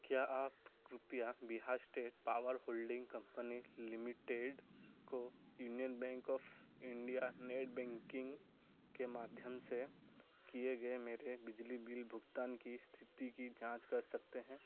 क्या आप कृपया Bihar state power holding company limited को union bank of India net banking के माध्यम से किए गए मेरे बिजली बिल भुगतान की स्थिति की जाँच कर सकते हैं